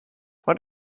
what